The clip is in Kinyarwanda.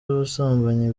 ubusambanyi